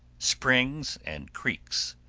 springs, and creeks.